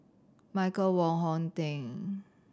Michael Wong Hong Teng